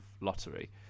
lottery